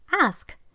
ask